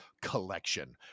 collection